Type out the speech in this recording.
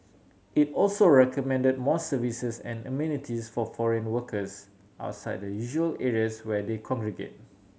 it also recommended more services and amenities for foreign workers outside the usual areas where they congregate